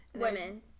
Women